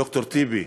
ד"ר טיבי,